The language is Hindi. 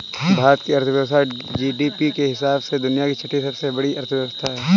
भारत की अर्थव्यवस्था जी.डी.पी के हिसाब से दुनिया की छठी सबसे बड़ी अर्थव्यवस्था है